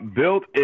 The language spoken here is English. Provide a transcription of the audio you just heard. built